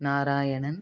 Narayanan